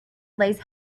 lays